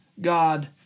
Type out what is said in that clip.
God